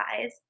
eyes